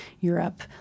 Europe